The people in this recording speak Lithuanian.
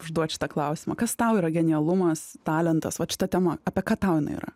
užduot šitą klausimą kas tau yra genialumas talentas vat šita tema apie ką tau jinai yra